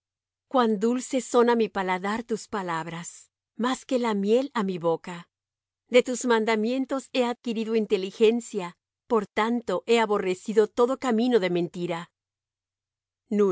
cuán dulces son á mi paladar tus palabras más que la miel á mi boca de tus mandamientos he adquirido inteligencia por tanto he aborrecido todo camino de mentira